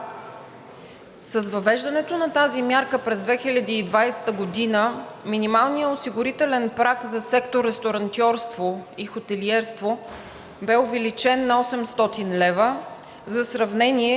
с въвеждането на тази мярка през 2020 г. минималният осигурителен праг за сектор „Ресторантьорство и хотелиерство“ бе увеличен на 800 лв. За сравнение